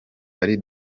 hari